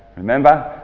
remember,